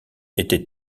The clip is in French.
était